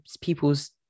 people's